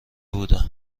بودم